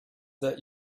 that